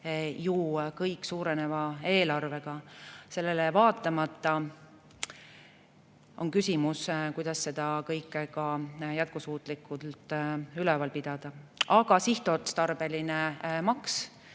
ju suureneva eelarvega. Sellele vaatamata on küsimus, kuidas seda kõike jätkusuutlikult üleval pidada. Aga sihtotstarbelisest